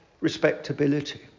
respectability